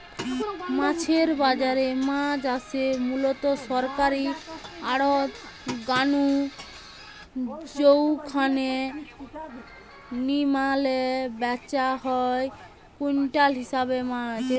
মাছের বাজারে মাছ আসে মুলত সরকারী আড়ত গা নু জউখানে নিলামে ব্যাচা হয় কুইন্টাল হিসাবে মাছ